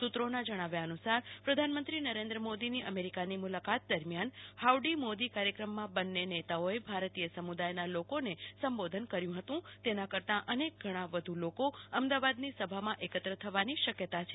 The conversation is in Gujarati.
સૂત્રોના જણાવ્યા નવા બંધાયેલા અનુસાર પ્રધાન મંત્રી નરેન્દ્ર મોદીની અમેરિકાની મુલાકાત દરમિયાન હાઉડી મોદી કાર્યક્રમમાં બંને નેતાઓએ ભારતીય સમુદાયના લોકોને સંબોધન કર્યું હતું તેના કરતા અનેક ગણા વધુ લોકો અમદાવાદની સભામાં એકત્ર થવાની શક્યતા છે